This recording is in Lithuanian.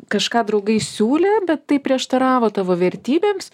kažką draugai siūlė bet tai prieštaravo tavo vertybėms